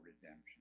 redemption